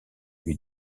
lui